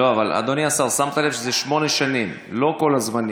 אדוני השר, שמת לב שזה שמונה שנים, לא כל הזמנים.